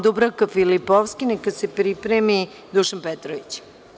Dubravka Filipovski, a neka se pripremi Dušan Petrović.